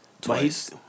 Twice